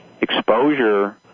exposure